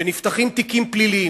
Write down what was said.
כשנפתחים תיקים פליליים,